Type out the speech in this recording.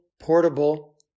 portable